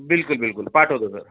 बिल्कुल बिल्कुल पाठवतो सर